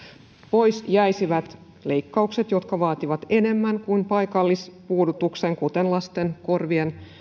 pois jäisivät leikkaukset jotka vaativat enemmän kuin paikallispuudutuksen kuten lasten korvien